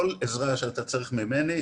כל עזרה שאתה צריך ממני,